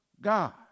God